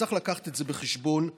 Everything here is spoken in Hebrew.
וצריך להביא את זה בחשבון הערב.